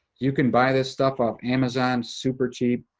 you can buy this stuff off amazon super cheap.